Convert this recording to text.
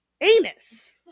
anus